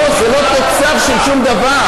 לא, זה לא תוצר של שום דבר.